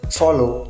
follow